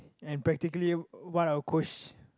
and practically what our coach